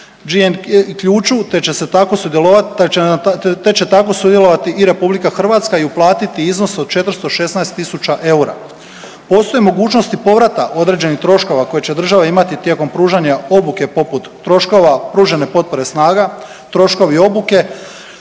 te će tako sudjelovati i RH i uplatiti iznos od 416 tisuća eura. Postoje mogućnosti povrata određenih troškova koje će država imati tijekom pružanja obuke poput troškova pružene potpore snaga, troškovi obuke